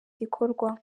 gikorwa